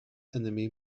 enemy